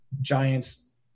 Giants